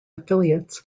affiliates